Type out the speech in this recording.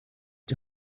die